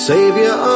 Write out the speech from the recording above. Savior